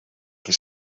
qui